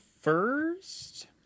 first